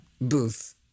booth